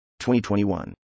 2021